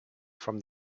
from